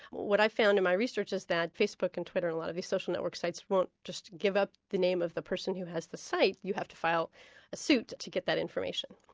what i found in my research is that facebook and twitter, a lot of these social network sites won't just give up the name of the person who has the site, you have to file suit to get that information.